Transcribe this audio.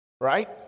right